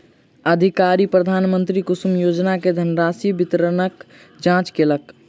अधिकारी प्रधानमंत्री कुसुम योजना के धनराशि वितरणक जांच केलक